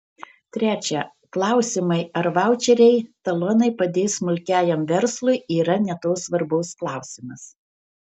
trečia klausimai ar vaučeriai talonai padės smulkiajam verslui yra ne tos svarbos klausimas